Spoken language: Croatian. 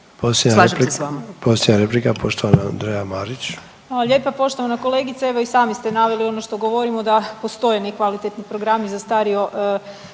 Posljednja replika poštovana Andreja Marić. **Marić, Andreja (SDP)** Hvala lijepa. Poštovana kolegice evo i sami ste naveli ono što govorimo da postoje nekvalitetni programi, zastario